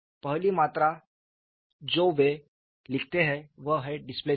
पहली मात्रा जो वे लिखते हैं वह है डिस्प्लेसमेंट